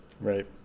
Right